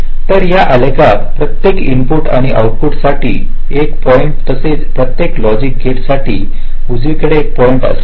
तर या आलेखात प्रत्येक इनपुट आणि आउटपुट साठी एक पॉईंट तसेच प्रत्येक लॉजिक गेट साठी उजवीकडे एक पॉईंट असेल